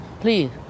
please